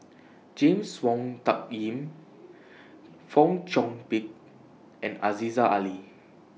James Wong Tuck Yim Fong Chong Pik and Aziza Ali